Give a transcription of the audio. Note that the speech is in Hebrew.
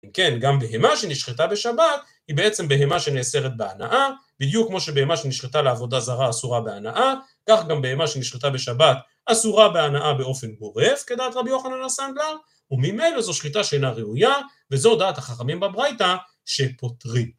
כן, גם בהמה שנשחטה בשבת היא בעצם בהמה שנאסרת בהנאה, בדיוק כמו שבהמה שנשחטה לעבודה זרה אסורה בהנאה, כך גם בהמה שנשחטה בשבת אסורה בהנאה באופן גורף, כדעת רבי יוחנן הסנדלר, וממנו זו שליטה שאינה ראויה, וזו דעת החכמים בברייטא שפותרים.